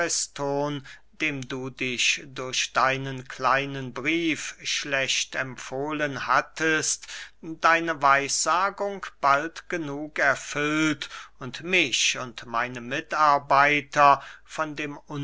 dem du dich durch deinen kleinen brief schlecht empfohlen hattest deine weissagung bald genug erfüllt und mich und meine mitarbeiter von dem